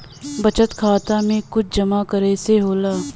बचत खाता मे कुछ जमा करे से होला?